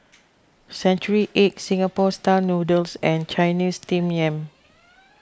Century Egg Singapore Style Noodles and Chinese Steamed Yam